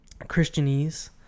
christianese